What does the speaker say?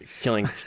Killing